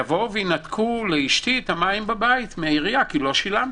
ינתקו לאשתי את המים בבית מהעירייה כי לא שילמתי.